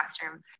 classroom